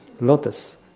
lotus